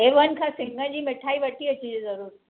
ए वन खां सिङर जी मिठाई वठी अचिजे ज़रूरु